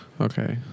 Okay